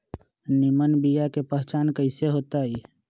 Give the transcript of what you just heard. निमन बीया के पहचान कईसे होतई?